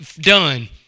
done